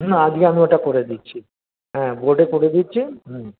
না আজকে আমি ওটা করে দিচ্ছি হ্যাঁ বোর্ডে করে দিচ্ছি হুম